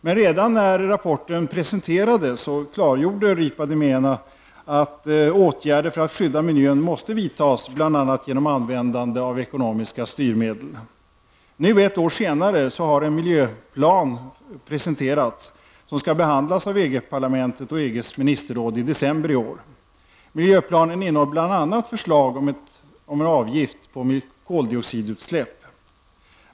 Men redan när rapporten presenterades klargjorde Ripa di Meana att åtgärder för att skydda miljön måste vidta genom bl.a. användande av ekonomiska styrmedel. Nu ett år senare har en miljöplan presenterats som skall behandlas av EG-parlamentet och EGs ministerråd i december i år. Miljöplanen innehåller bl.a. förslag om en avgift på koldioxidutsläpp.